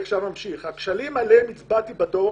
הכשלים עליהם הצבעתי בדוח